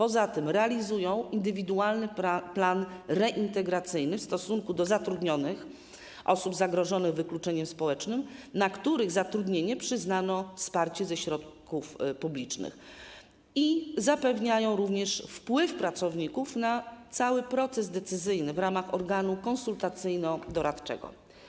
Oprócz tego realizują indywidualny plan reintegracyjny w stosunku do zatrudnionych osób zagrożonych wykluczeniem społecznym, na których zatrudnienie przyznano wsparcie ze środków publicznych, i zapewniają wpływ pracowników na cały proces decyzyjny w ramach organu konsultacyjno-doradczego.